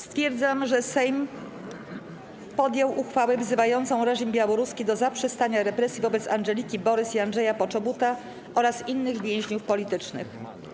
Stwierdzam, że Sejm podjął uchwałę wzywającą reżim białoruski do zaprzestania represji wobec Andżeliki Borys i Andrzeja Poczobuta oraz innych więźniów politycznych.